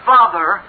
Father